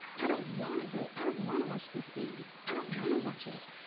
i don't want to go. i don't want to watch this scene. i don't want to watch it.